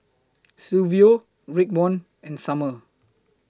Silvio Raekwon and Summer